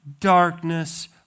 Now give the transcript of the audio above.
darkness